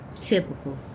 Typical